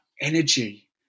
energy